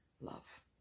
love